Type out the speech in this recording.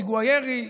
בפיגוע ירי,